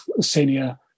senior